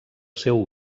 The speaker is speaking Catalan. seu